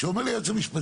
שאומר לי היועץ המשפטי,